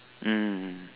mm